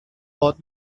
باهات